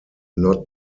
not